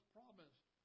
promised